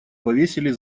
повесили